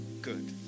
good